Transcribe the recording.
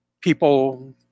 people